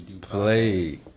Play